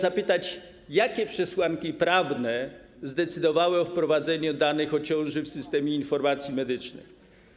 zapytać: Jakie przesłanki prawne zdecydowały o wprowadzeniu danych o ciąży do Systemu Informacji Medycznej?